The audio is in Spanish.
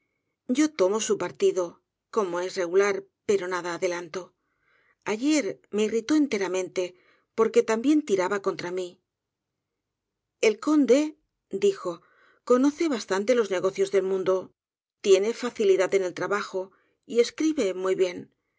yo tomo su partido como es regular pero nada adelanto ayer me irritó enteramente porque también tiraba contra mi el conde dijo conoce bastante los negocios del mundo tiene facilidad en el trabajo y escribe muy bien